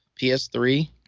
ps3